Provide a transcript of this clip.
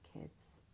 kids